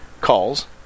calls